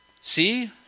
See